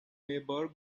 maybury